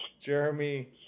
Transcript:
Jeremy